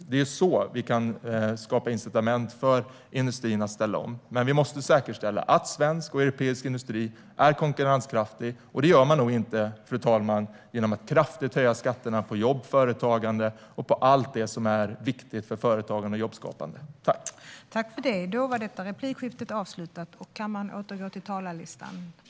Det är så vi kan skapa incitament för industrin att ställa om, men vi måste säkerställa att svensk och europeisk industri är konkurrenskraftig. Det gör man nog inte genom att kraftigt höja skatterna på jobb, företagande och allt som är viktigt för företagande och jobbskapande, fru talman.